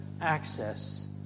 access